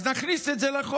אז נכניס את זה לחוק.